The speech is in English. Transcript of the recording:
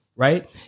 Right